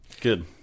Good